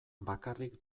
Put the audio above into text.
bakarrik